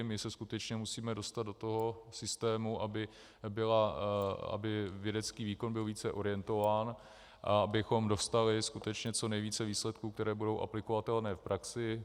My se skutečně musíme dostat do toho systému, aby vědecký výkon byl více orientován a abychom dostali skutečně co nejvíce výsledků, které budou aplikovatelné v praxi.